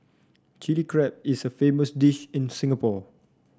Chilli Crab is a famous dish in Singapore